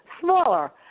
smaller